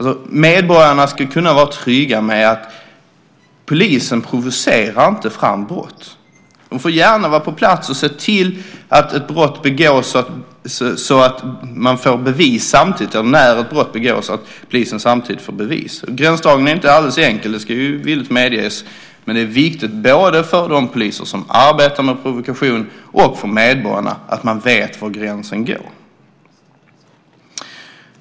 Medborgarna ska vara trygga i att polisen inte provocerar fram brott. Polisen får gärna vara på plats när ett brott begås så att de kan få bevis. Gränsdragningen är inte alldeles enkel - det ska villigt medges. Men det är viktigt både för de poliser som arbetar med provokation och för medborgarna att man vet var gränsen går.